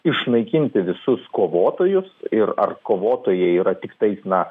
išnaikinti visus kovotojus ir ar kovotojai yra tiktai na